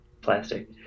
plastic